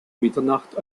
mitternacht